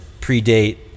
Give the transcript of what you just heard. predate